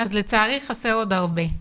אז לצערי חסר עוד הרבה.